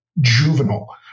juvenile